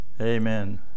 Amen